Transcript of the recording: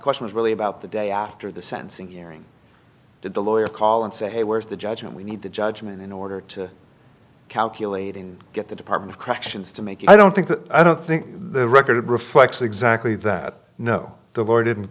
question is really about the day after the sentencing hearing did the lawyer call and say hey where's the judge and we need the judgment in order to calculate and get the department of corrections to make i don't think that i don't think the record reflects exactly that no the